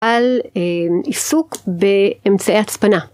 על עיסוק באמצעי הצפנה.